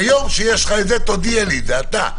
ביום שיש לך את זה תודיע לי, אתה.